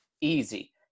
easy